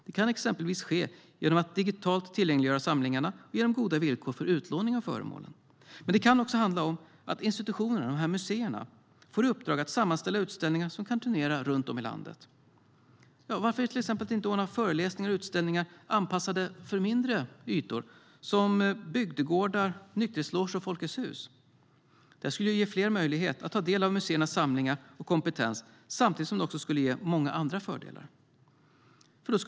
Det kan exempelvis ske genom att digitalt tillgängliggöra samlingarna och genom goda villkor för utlåning av föremål. Men det kan också handla om att institutionerna, museerna, får i uppdrag att sammanställa utställningar som kan turnera runt om i landet. Varför till exempel inte ordna föreläsningar och utställningar anpassade för mindre ytor, som bygdegårdar, nykterhetsloger och Folkets Hus? Det skulle ge fler möjlighet att ta del av museernas samlingar och kompetens samtidigt som det också skulle ge många andra fördelar.